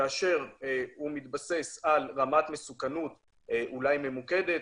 כאשר הוא מתבסס על רמת מסוכנות ממוקדת,